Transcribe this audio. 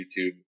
YouTube